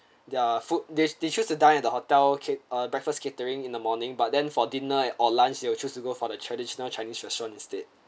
their food they they choose to dine at the hotel cater uh breakfast catering in the morning but then for dinner or lunch they will choose to go for the traditional chinese restaurant instead